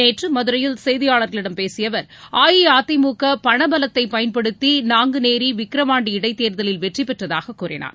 நேற்று மதுரையில் செய்தியாளர்களிடம் பேசிய அவர் அஇஅதிமுக பணபலத்தை பயன்படுத்தி நான்குநேரி விக்கிரவாண்டி இடைத்தேர்தலில் வெற்றி பெற்றதாக கூறினார்